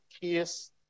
Kiss